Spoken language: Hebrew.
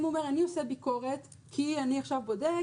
אם הוא אומר: אני עושה ביקורת כי אני עכשיו בודק,